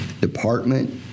department